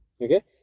okay